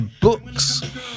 books